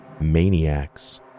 maniacs